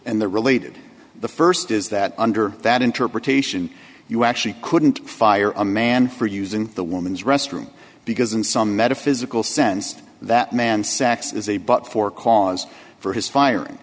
and the related the st is that under that interpretation you actually couldn't fire a man for using the woman's restroom because in some metaphysical sense that man sex is a but for cause for his firing